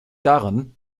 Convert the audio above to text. daran